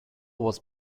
was